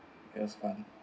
it was fun